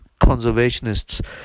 conservationists